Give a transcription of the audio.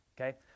okay